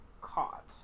caught